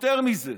יותר מזה,